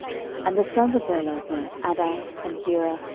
and the sons of bela were, addar, and gera,